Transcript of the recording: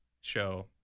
show